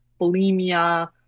bulimia